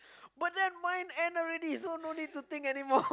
but then mine end already so no need to think anymore